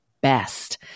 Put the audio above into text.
best